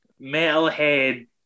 metalhead